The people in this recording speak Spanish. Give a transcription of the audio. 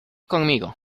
conmigo